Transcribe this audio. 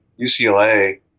UCLA